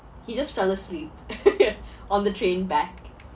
he just fell asleep on the train back